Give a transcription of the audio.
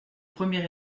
premier